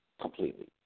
completely